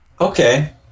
Okay